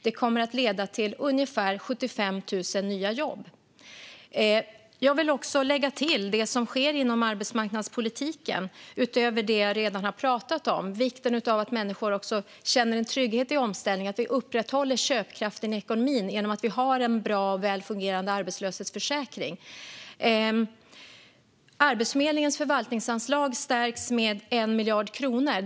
Det kommer att leda till ungefär 75 000 nya jobb. Jag vill lägga till det som sker inom arbetsmarknadspolitiken utöver det jag redan har pratat om. Det är viktigt att människor känner en trygghet i omställningen. Vi måste också upprätthålla köpkraften i ekonomin. Det gör vi genom en bra och väl fungerande arbetslöshetsförsäkring. Arbetsförmedlingens förvaltningsanslag stärks med 1 miljard kronor.